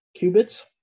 qubits